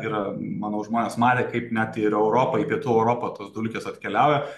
yra manau žmonės matę kaip net ir į europą į pietų europą tos dulkės atkeliauja